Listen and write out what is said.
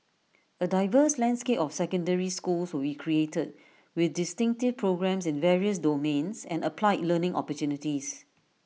A diverse landscape of secondary schools will created with distinctive programmes in various domains and applied learning opportunities